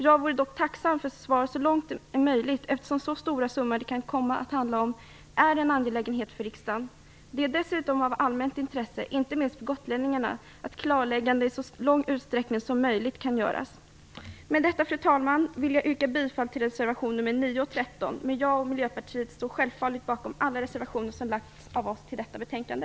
Jag vore dock tacksam för svar så långt det är möjligt, eftersom de stora summor det kan komma att handla är en angelägenhet för riksdagen. Det är dessutom av allmänt intresse, inte minst för gotlänningarna, att ett klarläggande kan göras i så stor utsträckning som möjligt. Fru talman! Med detta vill jag yrka bifall till reservationerna 9 och 13. Men jag och Miljöpartiet står självfallet bakom alla reservationer som av oss har lagts till detta betänkande.